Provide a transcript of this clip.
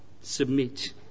Submit